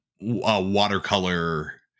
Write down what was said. watercolor